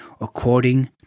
according